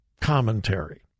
commentary